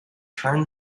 turn